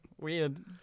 Weird